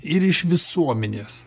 ir iš visuomenės